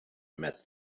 met